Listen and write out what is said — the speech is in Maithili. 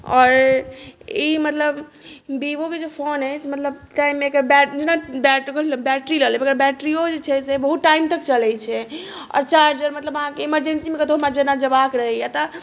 आओर ई मतलब विवोके जे फोन अछि मतलब बैटरी लऽ लेब एकर बैट्रिओ जे छै से बहुत टाइम तक चलैत छै आओर चार्जर मतलब अहाँकेँ इमर्जेन्सीमे कतहुँ हमरा जेना जयबाके रहैया तऽ